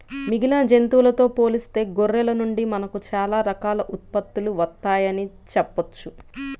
మిగిలిన జంతువులతో పోలిస్తే గొర్రెల నుండి మనకు చాలా రకాల ఉత్పత్తులు వత్తయ్యని చెప్పొచ్చు